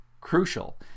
crucial